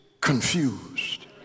confused